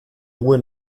ruhe